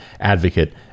advocate